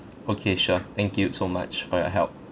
okay sure thank you so much for your help